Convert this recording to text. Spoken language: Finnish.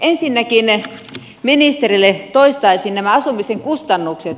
ensinnäkin ministerille toistaisin nämä asumisen kustannukset